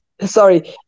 sorry